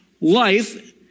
life